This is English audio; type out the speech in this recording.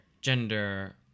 gender